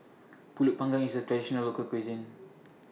Pulut Panggang IS A Traditional Local Cuisine